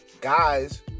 guys